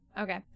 Okay